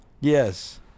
Yes